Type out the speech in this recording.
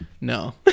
no